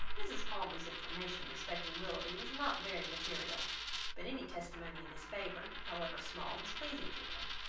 mrs. palmer's information respecting willoughby was not very material but any testimony in his favour, however small, was pleasing to her.